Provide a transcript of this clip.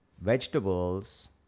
vegetables